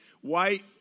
white